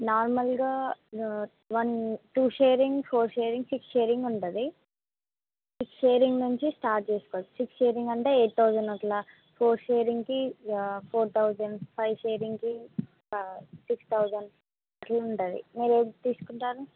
నార్మల్గా one two sharing four sharing six sharing ఉంటుంది six sharing నుంచి స్టార్ట్ చేసుకోవాలి సిక్స్ షేరింగ్ అంటే ఎయిట్ థౌజండ్ అట్లా ఫోర్ షేరింగ్కి ఫోర్ థౌజండ్ ఫైవ్ షేరింగ్కి సిక్స్ థౌజండ్ అట్లా ఉంటుంది మీరు ఏది తీసుకుంటారు